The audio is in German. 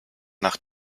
nach